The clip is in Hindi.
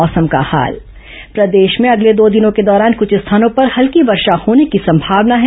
मौसम प्रदेश में अगले दो दिनों के दौरान कुछ स्थानों पर हल्की वर्षा होने की संभावना है